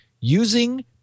using